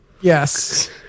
Yes